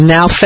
Now